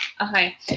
Okay